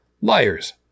Liars